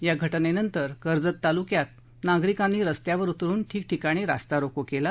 या घटनेनंतर कर्जत तालुक्यात नागरिकांनी रस्तावर उतरून ठिकठिकाणी रास्तारोको केला